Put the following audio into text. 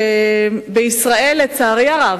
לצערי הרב,